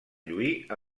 lluir